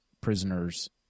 prisoners